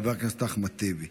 חברת הכנסת אחמד טיבי.